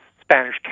Spanish